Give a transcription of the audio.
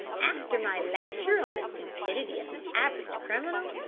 after my lecture on the stupidity of the average criminal,